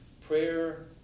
prayer